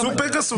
פגסוס.